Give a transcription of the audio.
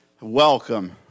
welcome